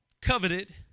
coveted